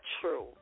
true